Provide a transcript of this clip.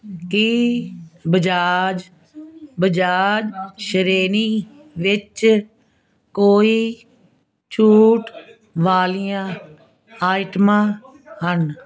ਕੀ ਬਜਾਜ ਬਜਾਜ ਸ਼੍ਰੇਣੀ ਵਿੱਚ ਕੋਈ ਛੂਟ ਵਾਲੀਆਂ ਆਈਟਮਾਂ ਹਨ